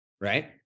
Right